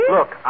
Look